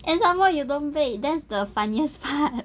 and some more you don't bake that's the funniest part